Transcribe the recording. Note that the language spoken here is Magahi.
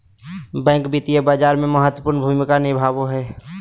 बैंक वित्तीय बाजार में महत्वपूर्ण भूमिका निभाबो हइ